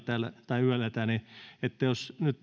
täällä että nyt